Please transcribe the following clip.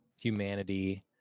Humanity